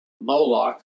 Moloch